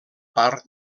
part